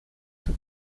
for